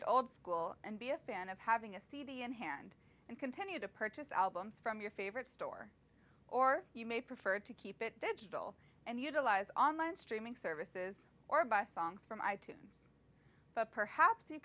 it old school and be a fan of having a cd in hand and continue to purchase albums from your favorite store or you may prefer to keep it digital and utilize online streaming services or buy songs from i tunes but perhaps you